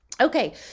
Okay